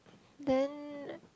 then